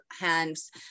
hands